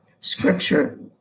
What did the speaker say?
scripture